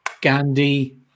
Gandhi